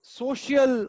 social